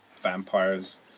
vampires